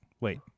Wait